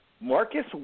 Marcus